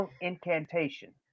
incantation